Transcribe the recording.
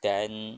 then